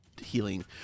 healing